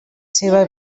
seua